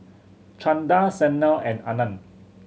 Chanda Sanal and Anand